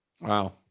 Wow